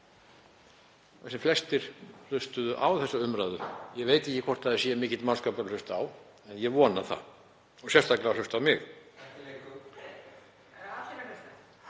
sem flestir hlustuðu á þessa umræðu. Ég veit ekki hvort það sé mikill mannskapur að hlusta, ég vona það og sérstaklega að hlusta á mig.